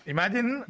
Imagine